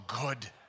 good